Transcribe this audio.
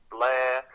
Blair